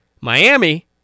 Miami